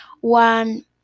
one